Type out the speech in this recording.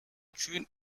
چون